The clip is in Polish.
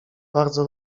bardzo